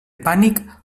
pànic